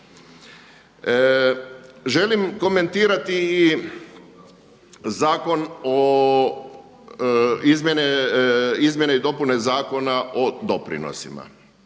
Želim komentirati i Zakon o izmjenama i dopunama Zakona o doprinosima.